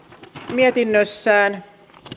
mietinnössään